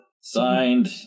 Signed